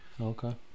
okay